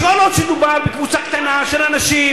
כל עוד יש קבוצה קטנה של אנשים,